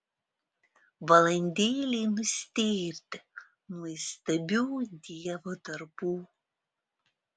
valandėlei nustėrti nuo įstabių dievo darbų